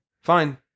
Fine